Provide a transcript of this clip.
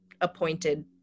appointed